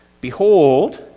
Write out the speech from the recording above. Behold